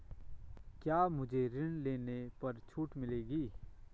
क्या मुझे ऋण लेने पर छूट मिलेगी?